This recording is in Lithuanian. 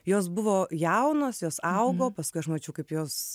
jos buvo jaunos jos augo paskui aš mačiau kaip jos